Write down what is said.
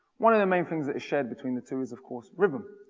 one of the main things that is shared between the two is of course rhythm.